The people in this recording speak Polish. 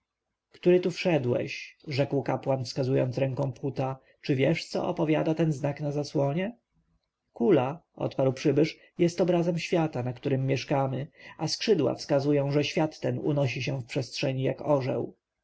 który tu wszedłeś rzekł kapłan wskazując ręką phuta czy wiesz co opowiada ten znak na zasłonie kula odparł przybysz jest obrazem świata na którym mieszkamy a skrzydła wskazują że świat ten unosi się w przestrzeni jak orzeł